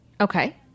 Okay